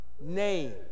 name